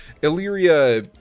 Illyria